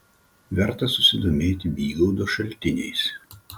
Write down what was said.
verta susidomėti bygaudo šaltiniais